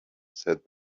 said